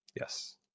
Yes